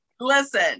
Listen